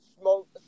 smoke